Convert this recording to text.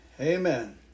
amen